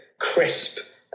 crisp